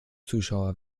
zuschauer